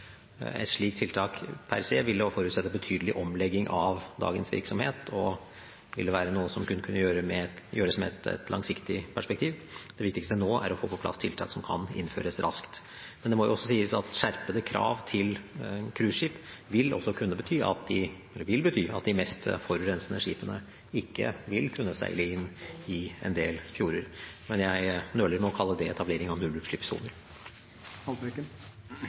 Et slikt tiltak per se ville forutsette en betydelig omlegging av dagens virksomhet og være noe som kunne gjøres med et langsiktig perspektiv. Det viktigste nå er å få på plass tiltak som kan innføres raskt. Det må også sies at skjerpede krav til cruiseskip også vil bety at de mest forurensende skipene ikke vil kunne seile inn i en del fjorder, men jeg nøler med å kalle det etablering av nullutslippssoner.